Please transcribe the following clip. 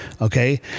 Okay